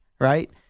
right